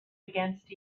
against